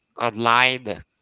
online